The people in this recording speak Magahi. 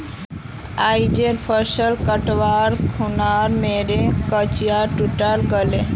आइज फसल कटवार खूना मोर कचिया टूटे गेले